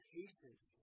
patience